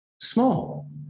small